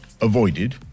avoided